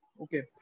okay